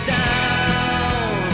down